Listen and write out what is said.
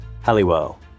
Halliwell